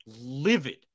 livid